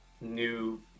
new